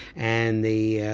and the